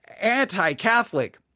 anti-Catholic